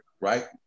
right